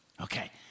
okay